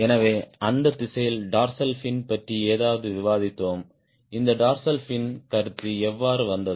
எனவே அந்த திசையில் டார்சல் ஃபின் பற்றி ஏதாவது விவாதித்தோம் இந்த டார்சல் ஃபின் கருத்து எவ்வாறு வந்தது